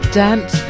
dance